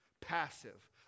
passive